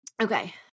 Okay